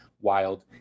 Wild